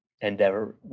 endeavor